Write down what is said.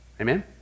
Amen